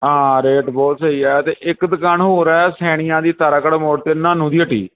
ਹਾਂ ਰੇਟ ਬਹੁਤ ਸਹੀ ਆ ਅਤੇ ਇੱਕ ਦੁਕਾਨ ਹੋਰ ਹੈ ਸੈਣੀਆਂ ਦੀ ਤਾਰਾਗੜ੍ਹ ਮੋੜ 'ਤੇ ਨਾਨੂ ਦੀ ਹੱਟੀ